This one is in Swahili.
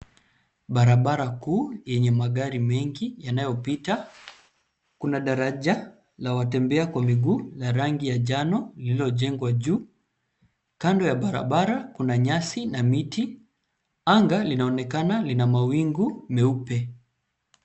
Barabara kuu yenye magari mengi yanayopita. Kuna daraja la watembea kwa miguu ya rangi jano lililojengwa juu. Kando ya barabara kuna nyasi na miti. Anga linaonekana lina mawingu meupe.